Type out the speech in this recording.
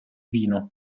vino